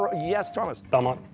ah yes, thomas. belmont.